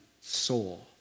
soul